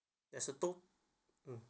there's a to~ mm